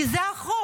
כי זה החוק.